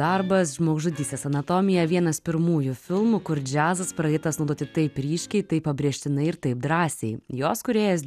darbas žmogžudystės anatomija vienas pirmųjų filmų kur džiazas pradėtas naudoti taip ryškiai taip pabrėžtinai ir taip drąsiai jos kūrėjas